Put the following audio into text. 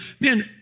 Man